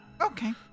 Okay